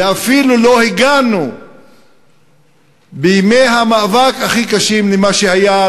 ואפילו לא הגענו בימי המאבק הכי קשים למה שהיה,